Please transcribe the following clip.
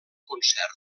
concert